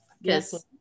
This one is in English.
yes